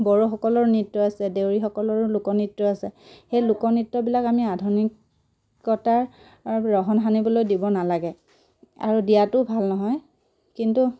বড়োসকলৰ নৃত্য আছে দেউৰীসকলৰো লোকনৃত্য আছে সেই লোকনৃত্যবিলাক আমি আধুনিকতাৰ ৰহন সানিবলৈ দিব নালাগে আৰু দিয়াটোও ভাল নহয় কিন্তু